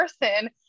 person